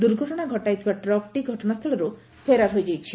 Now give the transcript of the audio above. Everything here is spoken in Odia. ଦୁର୍ଘଟଣା ଘଟାଇଥିବା ଟ୍ରକ୍ଟି ଘଟଣାସ୍ଚଳରୁ ଫେରାର୍ ହୋଇଯାଇଛି